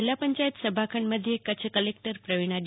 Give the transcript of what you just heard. આજે જિલ્લા પંચાયત સભા ખંડ મધ્યે કચ્છ કલેકટર પ્રવીણા ડી